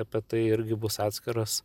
apie tai irgi bus atskiras